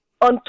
on